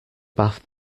bath